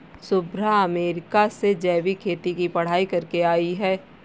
Shubhra America से जैविक खेती की पढ़ाई करके आई है